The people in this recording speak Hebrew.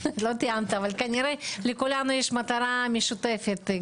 לא תיאמת, אבל כנראה, לכולנו יש מטרה משותפת.